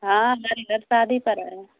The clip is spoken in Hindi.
हाँ हमारे घर शादी पड़ा है